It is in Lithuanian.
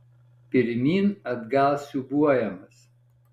pirmyn atgal siūbuojamas